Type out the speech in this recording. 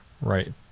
right